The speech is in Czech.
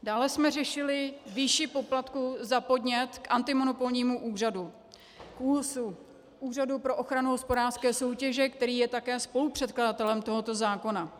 Dále jsme řešili výši poplatku za podnět k antimonopolnímu úřadu, k ÚOHS, k Úřadu pro ochranu hospodářské soutěže, který je také spolupředkladatelem tohoto zákona.